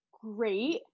great